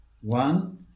One